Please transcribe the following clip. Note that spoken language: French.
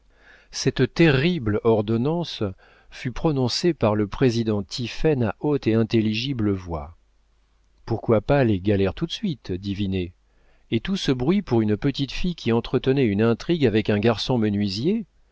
cette terrible ordonnance fut prononcée par le président tiphaine à haute et intelligible voix pourquoi pas les galères tout de suite dit vinet et tout ce bruit pour une petite fille qui entretenait une intrigue avec un garçon menuisier